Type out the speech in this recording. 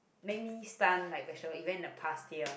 make me stunt like vegetable it went the past year